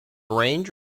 range